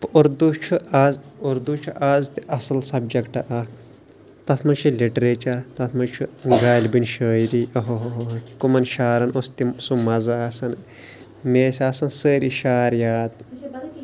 تہٕ اُردو چھُ آز اُردو چھِ آز تہِ اصٕل سبجَکٹ اَکھ تَتھ منٛز چھِ لِٹریچَر تَتھ منٛز چھُ غالبٕنۍ شٲعری اوٚہ ہو ہو ہو ہو کَمَن شعرَن اوس تِم سُہ مَزٕ آسان مےٚ ٲسۍ آسان سٲری شعر یاد